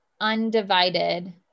undivided